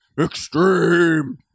Extreme